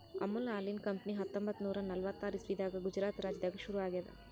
ಅಮುಲ್ ಹಾಲಿನ್ ಕಂಪನಿ ಹತ್ತೊಂಬತ್ತ್ ನೂರಾ ನಲ್ವತ್ತಾರ್ ಇಸವಿದಾಗ್ ಗುಜರಾತ್ ರಾಜ್ಯದಾಗ್ ಶುರು ಆಗ್ಯಾದ್